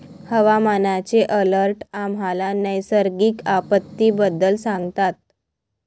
हवामानाचे अलर्ट आम्हाला नैसर्गिक आपत्तींबद्दल सांगतात